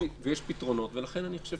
יש פתרונות, ולכן אני חושב